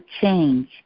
change